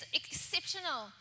exceptional